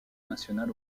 national